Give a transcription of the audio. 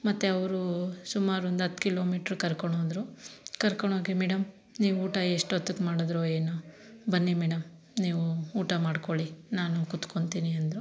ಮತ್ತೆ ಅವರು ಸುಮಾರು ಒಂದು ಹತ್ತು ಕಿಲೋಮೀಟರ್ ಕರ್ಕೊಂಡು ಹೋದರು ಕರ್ಕೊಂಡು ಹೋಗಿ ಮೇಡಮ್ ನೀವು ಊಟ ಎಷ್ಟೊತ್ತಿಗೆ ಮಾಡಿದಿರೋ ಏನೋ ಬನ್ನಿ ಮೇಡಮ್ ನೀವು ಊಟ ಮಾಡ್ಕೊಳ್ಳಿ ನಾನು ಕುತ್ಕೊಂತೀನಿ ಅಂದರು